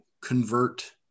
convert